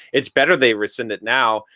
it's better they rescind it now.